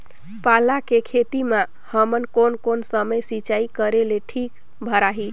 पाला के खेती मां हमन कोन कोन समय सिंचाई करेले ठीक भराही?